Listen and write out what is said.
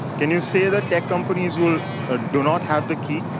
can you say that tech companies will ah do not have the key?